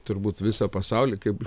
turbūt visą pasaulį kaip